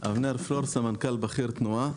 סמנכ"ל בכיר, תנועה,